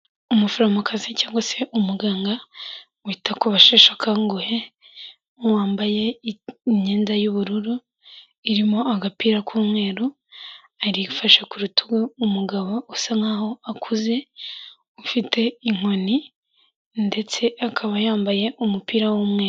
Umuforomokazi cyangwase umuganga wita ku basheshe akanguhe wambaye imyenda y'ubururu irimo agapira k'umweru, afashe ku rutugu rw'umugabo usa nk'aho akuze, ufite inkoni ndetse akaba yambaye umupira w'umweru.